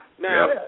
Now